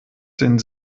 den